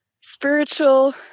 spiritual